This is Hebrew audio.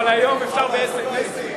אבל היום אפשר באס.אם.אסים,